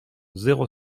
zéro